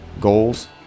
goals